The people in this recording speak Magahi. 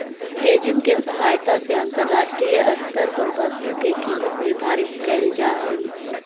हेजिंग के सहायता से अंतरराष्ट्रीय स्तर पर वस्तु के कीमत निर्धारित कैल जा हई